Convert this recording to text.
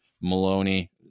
maloney